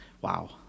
wow